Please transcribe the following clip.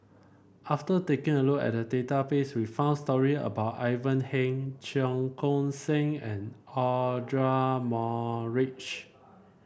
after taking a look database we found story about Ivan Heng Cheong Koon Seng and Audra Morrice